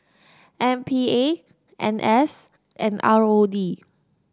M P A N S and R O D